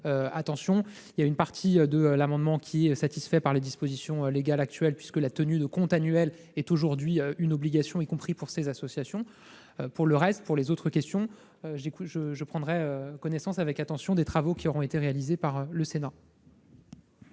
attention. Par ailleurs, une partie de cet amendement est satisfaite par les dispositions légales actuelles, puisque la tenue de comptes annuels est aujourd'hui une obligation, y compris pour ces associations. Quant aux autres questions, je prendrai connaissance avec attention des travaux qui seront menés au Sénat.